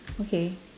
okay